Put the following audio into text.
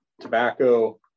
tobacco